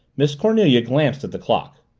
miss cornelia glanced at the clock.